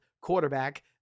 quarterback